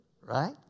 right